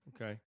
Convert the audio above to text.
Okay